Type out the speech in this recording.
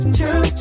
true